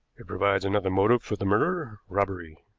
it provides another motive for the murder robbery.